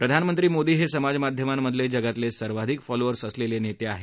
प्रधानमंत्री मोदी हे समाजमाध्यमांमधले जगातले सर्वाधिक फॉलोअर्स असलेले नेते आहेत